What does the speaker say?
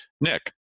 Nick